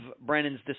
Brennan's